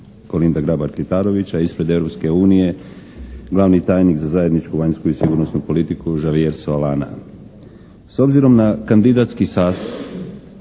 Kolinda Grabar-Kitarović, a ispred Europske unije glavni tajnik za zajedničku vanjsku i sigurnosnu politiku Xavier Solana.